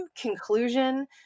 conclusion